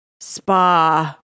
spa